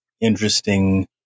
interesting